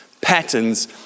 Patterns